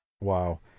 Wow